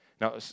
Now